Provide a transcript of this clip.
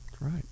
right